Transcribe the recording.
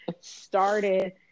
started